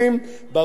לפי אותו יחס,